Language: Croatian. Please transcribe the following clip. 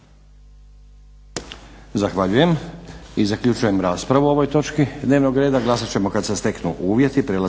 Zahvaljujem. Zaključujem raspravu o ovoj točki dnevnog reda. Glasat ćemo kad se steknu uvjeti.